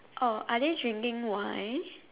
oh are they drinking wine